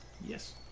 Yes